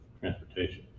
transportation